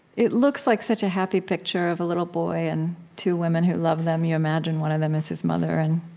it looks like such a happy picture of a little boy and two women who love them you imagine one of them is his mother. and